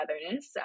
togetherness